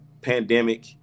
pandemic